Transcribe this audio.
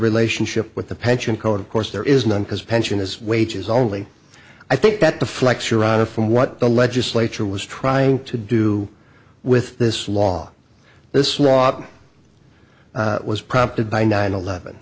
relationship with the pension co of course there is none because pension is wages only i think that the flex around a from what the legislature was trying to do with this law this was it was prompted by nine eleven